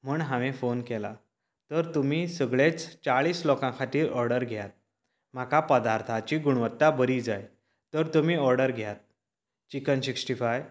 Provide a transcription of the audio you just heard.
म्हण हांवेन फोन केला तर तुमी सगळेंच चाळीस लोकां खातीर ऑर्डर घेयात म्हाका पदार्थाची गुणवत्ता बरी जाय तर तुमी ऑर्डर घेयात चिकन स्किक्स्टी फाय